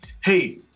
Hey